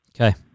Okay